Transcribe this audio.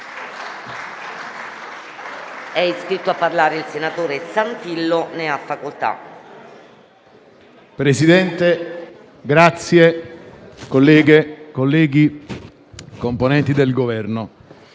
Presidente, colleghe e colleghi, componenti del Governo,